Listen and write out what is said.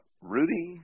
Rudy